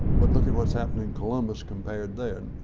but look at what's happened in columbus compared there.